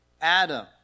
Adam